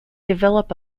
develop